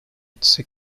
its